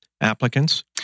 applicants